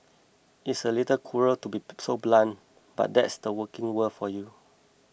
it's a little cruel to be so blunt but that's the working world for you